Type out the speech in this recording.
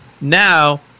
Now